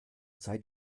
sei